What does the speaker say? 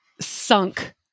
sunk